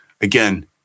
again